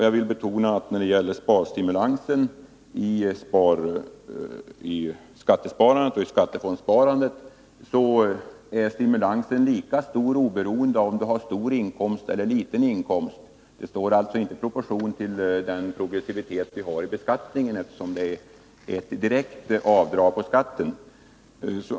Jag vill betona att sparstimulansen i skattesparandet och skattefondssparandet är lika stor oberoende av om man har stor inkomst eller liten inkomst. Den står alltså inte i proportion till den progressivitet vi har i beskattningen, eftersom det är ett direkt avdrag på skatten.